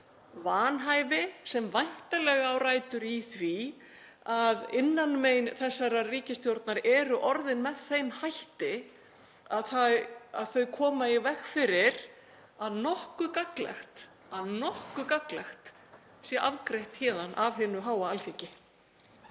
vanhæfi sem væntanlega á rætur í því að innanmein þessarar ríkisstjórnar eru orðin með þeim hætti að þau koma í veg fyrir að nokkuð gagnlegt, að nokkuð gagnlegt sé afgreitt héðan af hinu háa Alþingi.